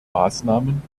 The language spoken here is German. maßnahmen